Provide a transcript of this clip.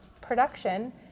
production